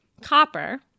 copper